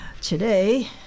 Today